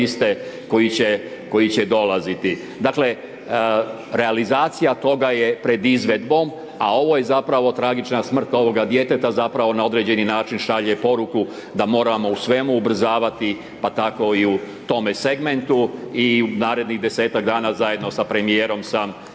koji će dolaziti. Dakle, realizacija toga je pred izvedbom, a ovo je zapravo tragična smrt ovoga djeteta zapravo na određeni način šalje poruku da moramo u svemu ubrzavati, pa tako i u tome segmentu i u narednih 10-tak dana zajedno sa premijerom sam